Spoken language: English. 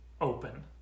open